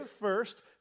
first